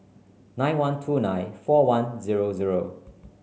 nine one two nine four one zero zero